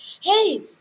Hey